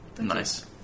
Nice